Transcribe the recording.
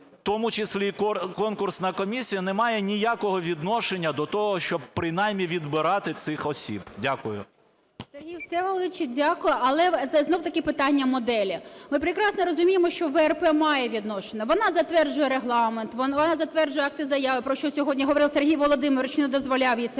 в тому числі і конкурсна комісія, не має ніякого відношення до того, щоб принаймні відбирати цих осіб. Дякую. 16:19:46 ВЕНЕДІКТОВА І.В. Сергій Владиславович, дякую, але це знов-таки питання моделі. Ми прекрасно розуміємо, що ВРП має відношення: вона затверджує регламент, вона затверджує акти, заяви, про що сьогодні говорив Сергій Володимирович, не дозволяв їй це